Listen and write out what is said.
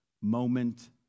moment